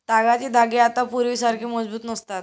तागाचे धागे आता पूर्वीसारखे मजबूत नसतात